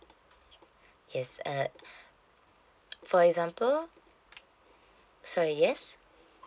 yes uh for example sorry yes